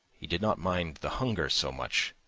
he did not mind the hunger so much,